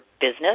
business